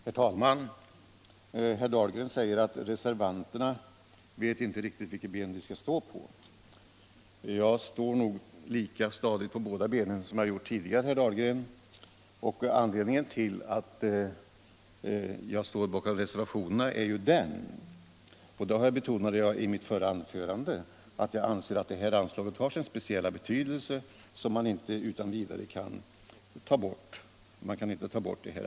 Herr talman! Herr Dahlgren säger att reservanterna inte riktigt vet vilket ben de skall stå på. Jag står lika stadigt på båda benen som jag har gjort tidigare, herr Dahlgren. Anledningen till att jag ställt mig bakom reservationerna är — det betonade jag i mitt anförande — att jag anser att detta anslag har sin speciella betydelse. Man kan därför inte utan vidare ta bort det.